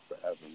forever